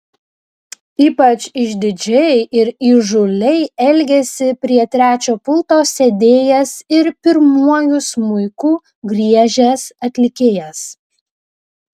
ypač išdidžiai ir įžūliai elgėsi prie trečio pulto sėdėjęs ir pirmuoju smuiku griežęs atlikėjas